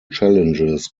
challenges